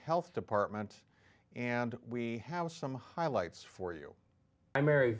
health department and we have some highlights for you i mar